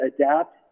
adapt